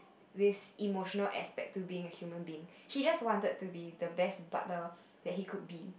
with emotional aspect to being a human being he just wanted to be the best partner that he could be